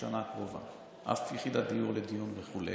שנה הקרובה שום יחידות דיור לדיון וכו',